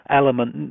element